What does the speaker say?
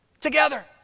together